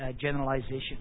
generalization